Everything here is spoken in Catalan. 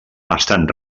estan